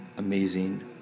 amazing